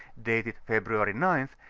dated february ninth,